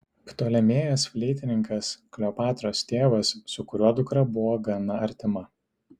ptolemėjas fleitininkas kleopatros tėvas su kuriuo dukra buvo gana artima